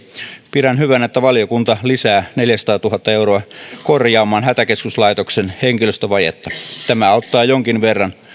pidän hyvänä että valiokunta lisää neljäsataatuhatta euroa korjaamaan hätäkeskuslaitoksen henkilöstövajetta tämä auttaa jonkin verran